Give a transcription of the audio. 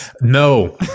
No